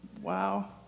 Wow